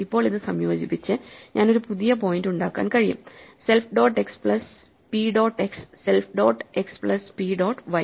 ഇപ്പോൾ ഇത് സംയോജിപ്പിച്ച് ഞാൻ ഒരു പുതിയ പോയിന്റ് ഉണ്ടാക്കാൻ കഴിയും self dot x plus p dot x self dot x plus p dot Y